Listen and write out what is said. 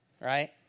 Right